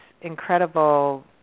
incredible